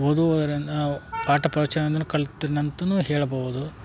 ಓದುವರಿಂದ ನಾವು ಪಾಠ ಪ್ರವಚನವಂದನು ಕಲ್ತು ನಂತುನೂ ಹೇಳಬೌದು